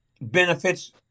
benefits –